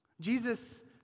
Jesus